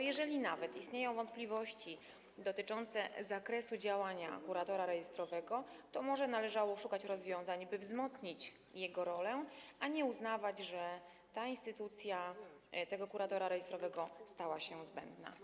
Jeżeli nawet istnieją wątpliwości dotyczące zakresu działania kuratora rejestrowego, to może należało szukać takich rozwiązań, by wzmocnić jego rolę, a nie uznawać, że instytucja kuratora rejestrowego stała się zbędna.